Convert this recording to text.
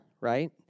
right